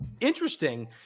interesting